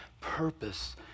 purpose